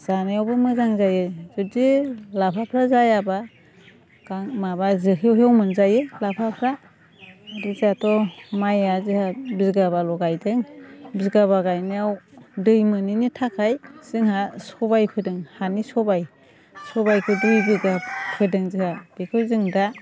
जानायावबो मोजां जायो जुदि लाफाफ्रा जायाब्ला माबा जोहेवहेव मोनजायो लाफाफ्रा आरो जाहाथ' माइआ जाहा बिगाबाल' गायदों बिगाबा गायनायाव दै मोनैनि थाखाय जोंहा सबाइ फोदों हानि सबाइ सबाइखौ दुइ बिगा फोदों जोंहा बेखौ जों दा